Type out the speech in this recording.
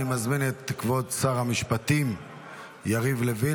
אני מזמין את כבוד שר המשפטים יריב לוין